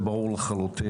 זה ברור לחלוטין,